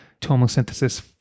tomosynthesis